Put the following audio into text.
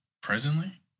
Presently